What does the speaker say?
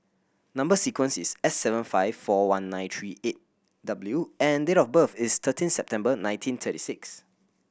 number sequence is S seven five four one nine three eight W and date of birth is thirteen September nineteen thirty six